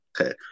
Okay